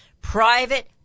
Private